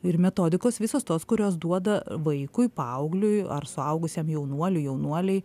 ir metodikos visos tos kurios duoda vaikui paaugliui ar suaugusiam jaunuoliui jaunuolei